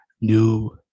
new